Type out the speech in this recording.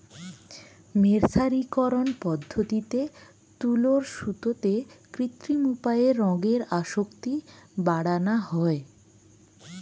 মের্সারিকরন পদ্ধতিতে তুলোর সুতোতে কৃত্রিম উপায়ে রঙের আসক্তি বাড়ানা হয়